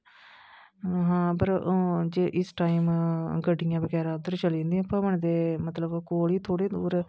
हां पर जो इस टाइम गड्डियां बगैरा उद्धर चली पौंदियां भबन दे मतलब कोल ही थोह्डे़ दूर